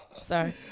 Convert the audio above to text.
sorry